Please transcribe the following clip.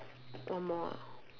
one more ah